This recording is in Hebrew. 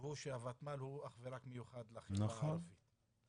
חשבו שהוותמ"ל הוא אך ורק מיוחד לחברה הערבית -- נכון,